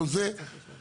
אז אתה מבין שזה